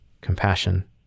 compassion